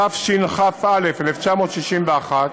התשכ"א 1961,